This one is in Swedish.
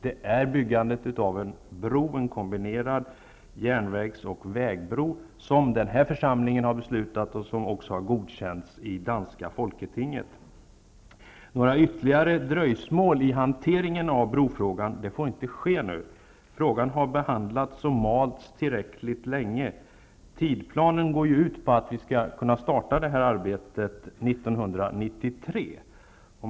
Den här församlingen har beslutat om byggandet av en kombinerad järnvägs och vägbro, och det har också godkänts i danska folketinget. Några ytterligare dröjsmål i hanteringen av brofrågan får nu inte inträffa. Frågan har behandlats och malts tillräckligt länge. Enligt tidplanen skall detta arbete kunna startas år 1993.